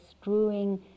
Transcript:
strewing